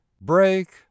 break